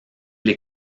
les